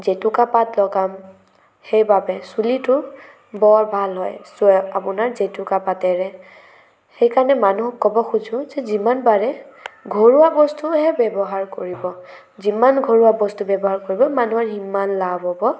জেতুকা পাত লগাম সেইবাবে চুলিটো বৰ ভাল হয় আপোনাৰ জেতুকা পাতেৰে সেই কাৰণে মানুহক ক'ব খোজো যে যিমান পাৰে ঘৰুৱা বস্তুহে ব্যৱহাৰ কৰিব যিমান ঘৰুৱা বস্তু ব্যৱহাৰ কৰিব মানুহৰ সিমান লাভ হ'ব